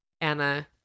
Anna